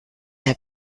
herr